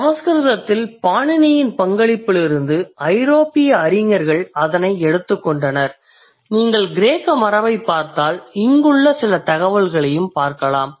சமஸ்கிருதத்தில் பாணினியின் பங்களிப்பிலிருந்து ஐரோப்பிய அறிஞர்கள் அதனை எடுத்துக்கொண்டனர் நீங்கள் கிரேக்க மரபைப் பார்த்தால் இங்குள்ள சில தகவல்களையும் பார்க்கலாம்